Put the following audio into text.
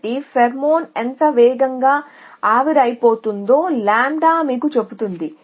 కాబట్టి ఫెరోమోన్ ఎంత వేగంగా ఆవిరైపోతుందో లాంబ్డా మీకు చెబుతుంది